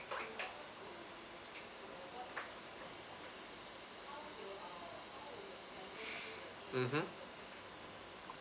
mmhmm